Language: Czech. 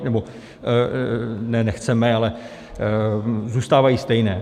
Nebo ne nechceme, zůstávají stejné.